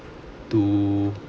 to